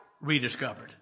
rediscovered